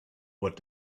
what